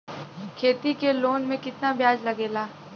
खेती के लोन में कितना ब्याज लगेला?